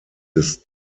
des